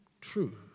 true